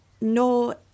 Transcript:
No